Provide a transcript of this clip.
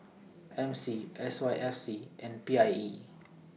M C S Y F C and P I E